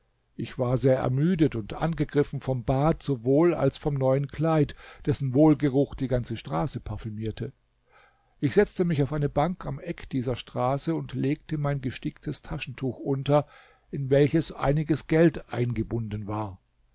ich war sehr ermüdet und angegriffen vom bad sowohl als vom neuen kleid dessen wohlgeruch die ganze straße parfümierte ich setze mich auf eine bank am eck dieser straße und legte mein gesticktes taschentuch unter in welches einiges geld eingebunden war